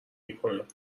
میکنم